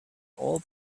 all